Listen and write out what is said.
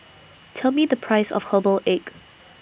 Tell Me The Price of Herbal Egg